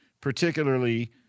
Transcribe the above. particularly –